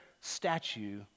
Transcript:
statue